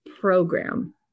program